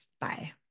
Bye